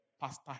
pastor